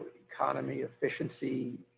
economy, efficiency,